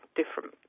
different